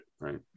right